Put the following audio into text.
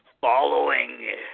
following